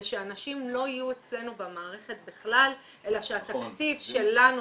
שאנשים לא יהיו אצלנו במערכת בכלל אלא שהתקציב שלנו